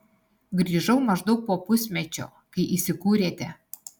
grįžau maždaug po pusmečio kai įsikūrėte